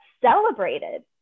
celebrated